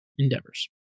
endeavors